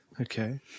Okay